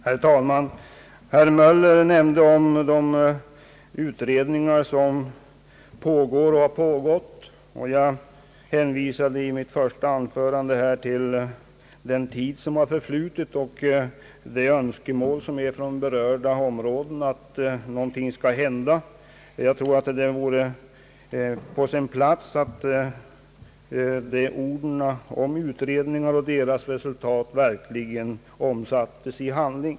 Herr talman! Herr Möller nämnde de utredningar som pågår och har pågått. Jag hänvisade redan i mitt första anförande till den tid som förflutit och till önskemålen från berörda områden att någonting äntligen skall hända. Jag anser att det vore på sin plats att allt ordandet om utredningar och deras resultat verkligen omsattes i handling.